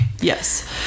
Yes